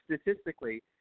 statistically